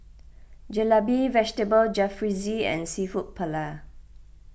Jalebi Vegetable Jalfrezi and Seafood Paella